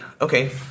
okay